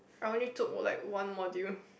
I only took one like one module